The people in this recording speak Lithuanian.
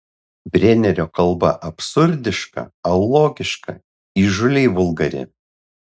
brenerio kalba absurdiška alogiška įžūliai vulgari